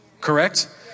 correct